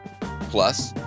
plus